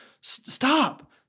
stop